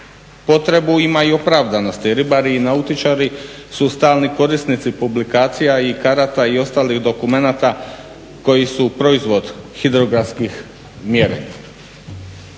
potrebu ima i opravdanosti. Ribari i nautičari su stalni korisnici publikacija i karata i ostalih dokumenata koji su proizvod hidrografskih mjerenja.